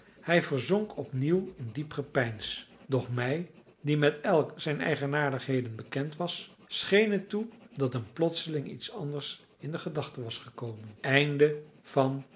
hij verzonk opnieuw in diep gepeins doch mij die met elk zijner eigenaardigheden bekend was scheen het toe dat hem plotseling iets anders in de gedachte was gekomen